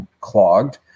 clogged